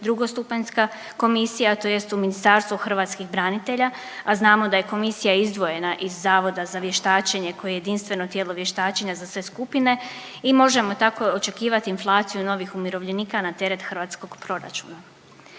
drugostupanjska komisija tj. u Ministarstvu hrvatskih branitelja, a znamo da je komisija izdvojena iz Zavoda za vještačenje koje jedinstveno tijelo vještačenja za sve skupine i možemo tako očekivat inflaciju novih umirovljenika na teret hrvatskog proračuna.